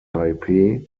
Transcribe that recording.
taipei